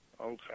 Okay